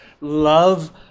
love